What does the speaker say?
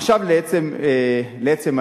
עכשיו לעצם העניין.